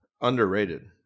underrated